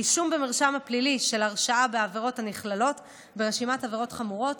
רישום במרשם הפלילי של הרשעה בעבירות הנכללות ברשימת עבירות חמורות